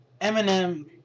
Eminem